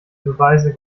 beweise